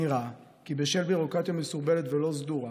נראה כי בשל ביורוקרטיה מסורבלת ולא סדורה,